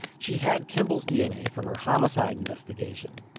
she had kimball's dna from her homicide investigation.